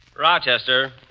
Rochester